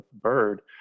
bird